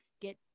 get